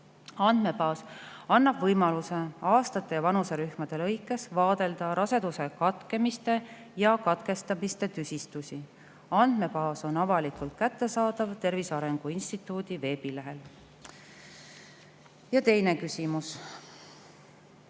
andmebaas annab võimaluse aastate ja vanuserühmade lõikes [analüüsida] raseduse katkemise ja katkestamise tüsistusi. Andmebaas on avalikult kättesaadav Tervise Arengu Instituudi veebilehel. Ja teine küsimus.